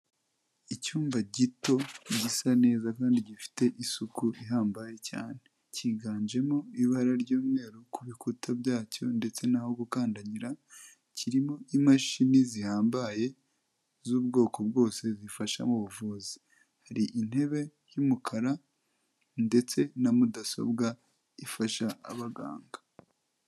Icyumba gito, gisa neza kandi gifite isuku ihambaye cyane, cyiganjemo ibara ry'umweru ku bikuta byacyo ndetse n'aho gukandagira, kirimo imashini zihambaye z'ubwoko bwose zifasha mu buvuzi, hari intebe y'umukara ndetse na mudasobwa ifasha abaganga.